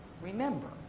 remember